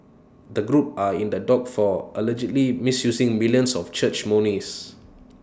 the group are in the dock for allegedly misusing millions of church monies